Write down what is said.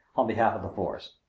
on behalf, of the force.